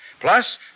Plus